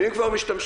ואם כבר משתמשים,